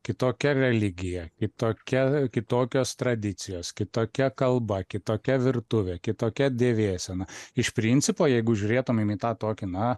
kitokia religija kitokia kitokios tradicijos kitokia kalba kitokia virtuvė kitokia dėvėsena iš principo jeigu žiūrėtumėm į tą tokį na